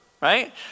right